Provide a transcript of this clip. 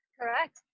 Correct